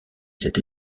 cet